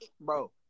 Bro